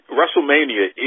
WrestleMania